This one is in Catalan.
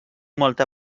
molta